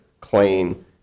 claim